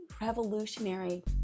revolutionary